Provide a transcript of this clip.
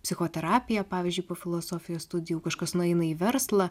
psichoterapija pavyzdžiui po filosofijos studijų kažkas nueina į verslą